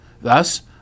Thus